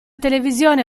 televisione